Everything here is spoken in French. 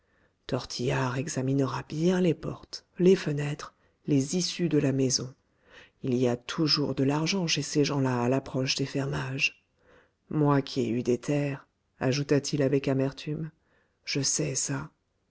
tortillard examinera bien les portes les fenêtres les issues de la maison il y a toujours de l'argent chez ces gens-là à l'approche des fermages moi qui ai eu des terres ajouta-t-il avec amertume je sais ça